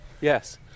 Yes